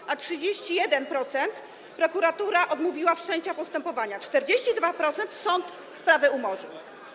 a w wypadku 31% prokuratura odmówiła wszczęcia postępowania, w wypadku 42% sąd sprawę umorzył.